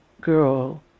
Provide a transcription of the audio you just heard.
girl